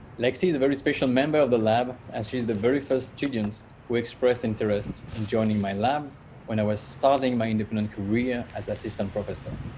lexi is a very special member of the lab, as she is the very first student who expressed interest in joining my lab when i was starting my independent career as assistant professor.